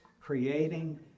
creating